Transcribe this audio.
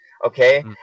okay